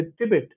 Tibet